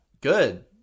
Good